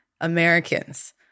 Americans